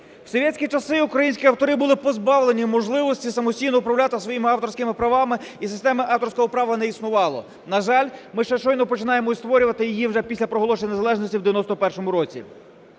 У совєтські часі українські автори були позбавлені можливості самостійно управляти своїми авторськими правами, і системи авторського права не існувало. На жаль, ми ще щойно починаємо створювати її уже після проголошення незалежності в 91-му році.